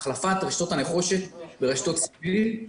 החלפת רשתות הנחושת ברשתות סיבים.